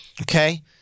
Okay